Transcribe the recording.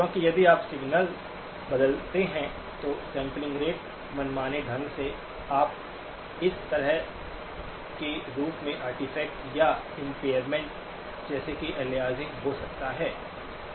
क्योंकि यदि आप सिग्नल बदलते हैं तो सैंपलिंग रेट मनमाने ढंग से आप इस तरह के रूप में आर्टफैक्टस या इम्पेरमेंट्स जैसे के अलियासिंग हो सकता हैं